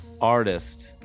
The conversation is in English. artist